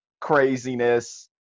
craziness